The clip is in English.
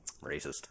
Racist